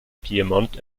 piemont